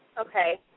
Okay